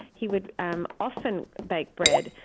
he would um often bake bread.